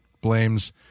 blames